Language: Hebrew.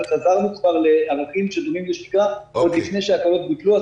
וחזרנו כבר לענפים שדומים לשגרה עוד לפני שההקלות בוטלו.